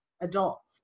adults